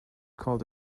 called